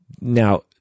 Now